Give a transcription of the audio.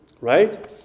right